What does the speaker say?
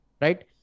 right